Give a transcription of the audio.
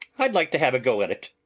i'd like to have a go at it.